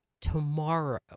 Tomorrow